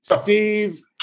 Steve